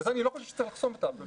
אני לא חושב שצריך לחסום אותם.